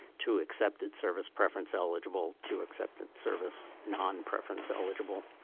to excepted service preference eligible, to excepted service non-preference eligible.